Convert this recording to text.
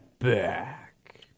back